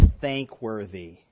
thankworthy